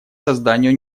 созданию